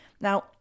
Now